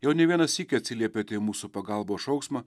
jau ne vieną sykį atsiliepėte į mūsų pagalbos šauksmą